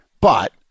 But-